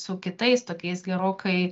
su kitais tokiais gerokai